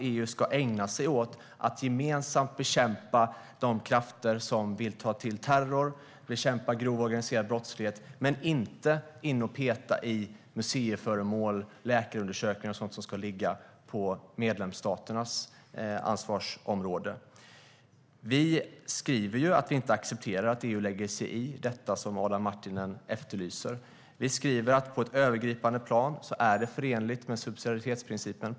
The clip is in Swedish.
EU ska ägna sig åt att gemensamt bekämpa de krafter som vill ta till terror och bekämpa grov organiserad brottslighet men ska inte in och peta i museiföremål, läkarundersökningar och sådant som ska ligga på medlemsstaternas ansvarsområde. Vi skriver, som Adam Marttinen efterlyser, att vi inte accepterar att EU lägger sig i det. Vi skriver att på ett övergripande plan är det förenligt med subsidiaritetsprincipen.